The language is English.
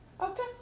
Okay